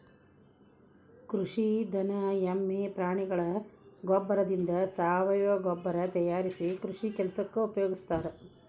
ಕುರಿ ದನ ಎಮ್ಮೆ ಪ್ರಾಣಿಗಳ ಗೋಬ್ಬರದಿಂದ ಸಾವಯವ ಗೊಬ್ಬರ ತಯಾರಿಸಿ ಕೃಷಿ ಕೆಲಸಕ್ಕ ಉಪಯೋಗಸ್ತಾರ